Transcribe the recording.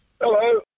Hello